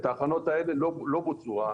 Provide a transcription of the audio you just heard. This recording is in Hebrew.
ההכנות הללו לא בוצעו.